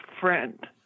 friend